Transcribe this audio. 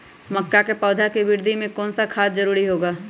मक्का के पौधा के वृद्धि में कौन सा खाद जरूरी होगा?